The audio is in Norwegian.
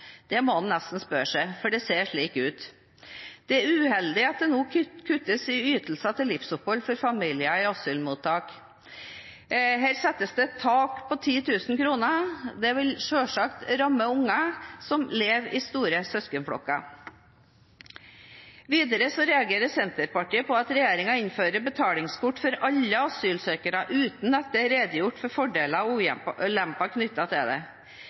Det må en nesten spørre seg, for det ser slik ut. Det er uheldig at det nå kuttes i ytelser til livsopphold for familier i asylmottak. Her settes det et tak på 10 000 kr. Det vil selvsagt ramme unger som lever i store søskenflokker. Videre reagerer Senterpartiet på at regjeringen innfører betalingskort for alle asylsøkere uten at det er redegjort for fordeler og ulemper knyttet til det. Stortingsflertallet vedtok å utrede dette, men oppfølgingen har uteblitt. Det